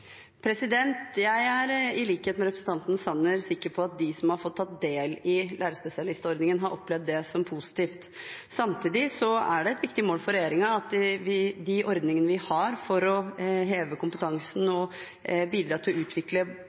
Jeg er i likhet med representanten Sanner sikker på at de som har fått tatt del i lærerspesialistordningen, har opplevd det som positivt. Samtidig er det et viktig mål for regjeringen at de ordningene vi har for å heve kompetansen og bidra til å utvikle